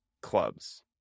clubs